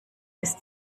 ist